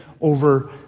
over